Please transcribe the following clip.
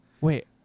wait